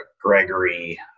gregory